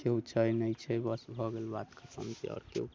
केओ छै नहि छै बस भऽ गेल बात खतम छै आओर केओ